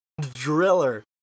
driller